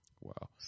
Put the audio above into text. Wow